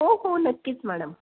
हो हो नक्कीच मॅडम